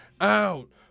out